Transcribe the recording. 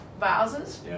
vases